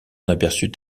aperçut